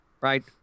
Right